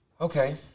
Okay